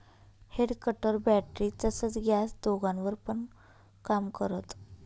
head cutter battery तसच gas दोघांवर पण काम करत